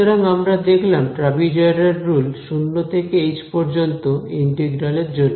সুতরাং আমরা দেখলাম ট্রাপিজয়ডাল রুল শূন্য থেকে এইচ পর্যন্ত ইন্টিগ্রাল এর জন্য